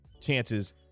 chances